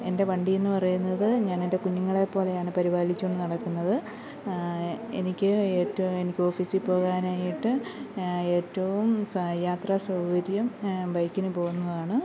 എൻ്റെ വണ്ടി എന്ന് പറയുന്നത് ഞാൻ എൻ്റെ കുഞ്ഞുങ്ങളെ പോലെയാണ് പരിപാലിച്ചു കൊണ്ട് നടക്കുന്നത് എനിക്ക് ഏറ്റവും എനിക്ക് ഓഫീസിൽ പോകാനായിട്ട് ഏറ്റവും യാത്രാ സൗകര്യം ബൈക്കിന് പോകുന്നതാണ്